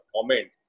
comment